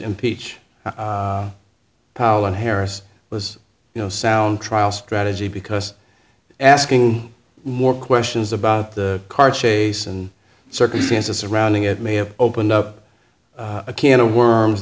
impeach powell and harris was you know sound trial strategy because asking more questions about the car chase and circumstances surrounding it may have opened up a can of worms